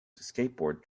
skateboard